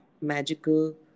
magical